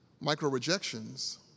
Micro-rejections